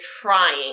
trying